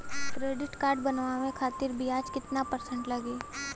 Credit card बनवाने खातिर ब्याज कितना परसेंट लगी?